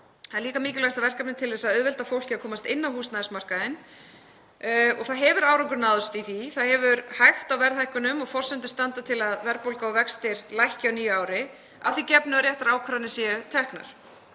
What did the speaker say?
Það er líka mikilvægasta verkefnið til að auðvelda fólki að komast inn á húsnæðismarkaðinn. Það hefur árangur náðst í því. Það hefur hægt á verðhækkunum og forsendur standa til að verðbólga og vextir lækki á nýju ári, að því gefnu að réttar ákvarðanir séu teknar.